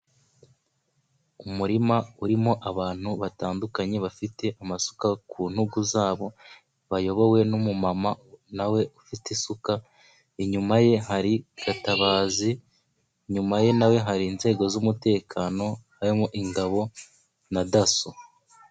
Umurima urimo abantu batandukanye bafite amasuka ku ntugu zabo, bayobowe n'umumama na we afite isuka inyuma ye hari Gatabazi. Inyuma ye na we hari inzego z'umutekano harimo ingabo na daso.